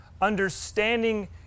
understanding